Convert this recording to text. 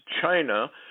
China